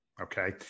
Okay